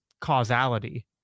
causality